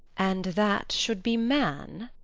and that should be man?